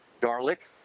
garlic